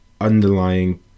underlying